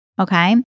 Okay